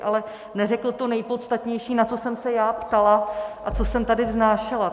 Ale neřekl to nejpodstatnější, na co jsem se já ptala a co jsem tady vznášela.